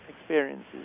experiences